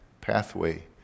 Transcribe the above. pathway